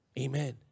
Amen